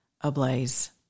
ablaze